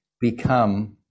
become